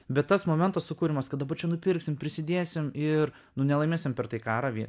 bet tas momentas sukuriamas kad dabar čia nupirksim prisidėsim ir nu nelaimėsim per tai karą